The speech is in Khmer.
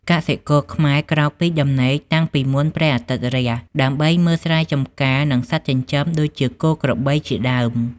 កសិករខ្មែរក្រោកពីដំណេកតាំងពីមុនព្រះអាទិត្យរះ ដើម្បីមើលស្រែចម្ការ និងសត្វចិញ្ចឹមដូចជាគោ ក្របីជាដើម។